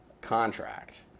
contract